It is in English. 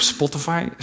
Spotify